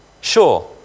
Sure